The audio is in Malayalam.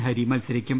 ഹരി മത്സരിക്കും